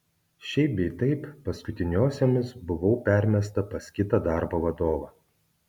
šiaip bei taip paskutiniosiomis buvau permesta pas kitą darbo vadovą